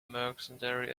mercenary